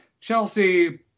Chelsea